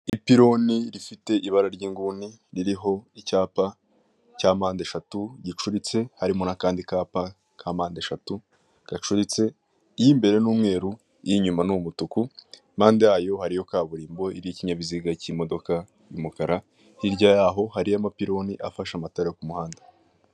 Ipiloni rifite ibara ry'inguni ririho icyapa cya mpande eshatu gicuritse harimo n'akandi kapa ka mpande eshatu gacuritse. Iy'imbere ni umweru, iy'inyuma ni umutuku, impande yayo hariyo kaburimbo iriho ikinyabiziga cy'imodoka y'umukara, hirya yaho hariyo amapiloni afashe amatara yo ku muhanda.